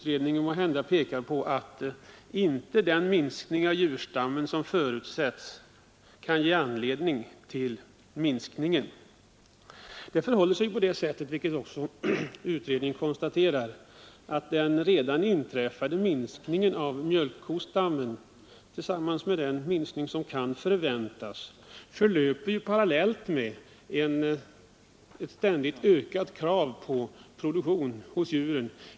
Den förutsatta minskningen av djurstammen kan synas ge anledning till en minskning av antalet veterinärer, men utredningen konstaterar också att den redan inträffade minskningen av mjölkkostammen och den minskning som kan förväntas förlöper parallellt med ett ständigt ökat krav på produktion hos djuren.